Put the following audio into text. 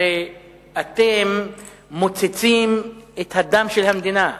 הרי אתם מוצצים את הדם של המדינה.